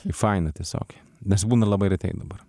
faina tiesiog nes būna labai retai dabar